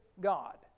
God